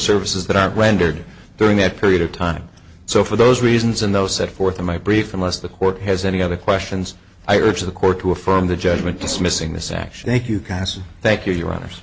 services that are rendered during that period of time so for those reasons and those set forth in my brief unless the court has any other questions i urge the court to affirm the judgment dismissing this action if you cast thank you your honors